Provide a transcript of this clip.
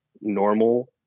normal